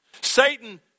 Satan